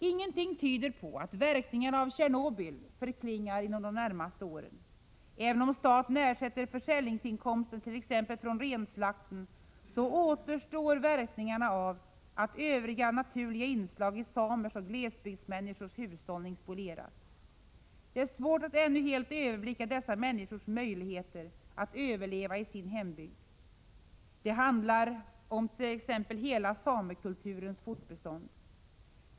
Ingenting tyder på att verkningarna av Tjernobyl förklingar under de närmaste åren. Även om staten ersätter försäljningsinkomster t.ex. från renslakten, så återstår verkningarna av att övriga naturliga inslag i samers och glesbygdsmänniskors hushållning spolieras. Det är svårt att ännu helt överblicka dessa människors möjligheter att överleva i sin hembygd. Det handlar t.ex. om hela samekulturens fortbestånd.